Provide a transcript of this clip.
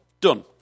done